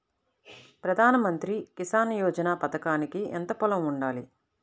ప్రధాన మంత్రి కిసాన్ యోజన పథకానికి ఎంత పొలం ఉండాలి?